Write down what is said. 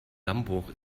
dammbruch